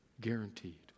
Guaranteed